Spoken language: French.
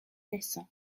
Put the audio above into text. naissant